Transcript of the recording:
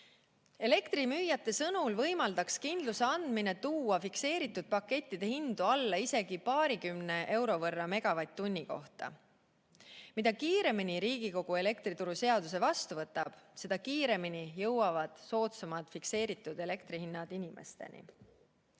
Elektrimüüjate sõnul võimaldaks kindluse andmine tuua fikseeritud pakettide hindu alla isegi paarikümne euro võrra megavatt-tunni kohta. Mida kiiremini Riigikogu elektrituruseaduse vastu võtab, seda kiiremini jõuavad soodsamad fikseeritud elektrihinnad inimesteni.